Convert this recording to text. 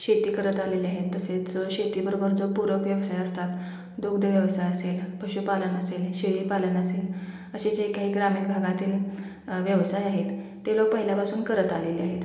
शेती करत आलेले आहेत तसेच शेतीबरोबरच पूरक व्यवसाय असतात दूध व्यवसाय असेल पशुपालन असेल शेळीपालन असेल असे जे काही ग्रामीण भागातील व्यवसाय आहेत ते लोक पहिल्यापासून करत आलेले आहेत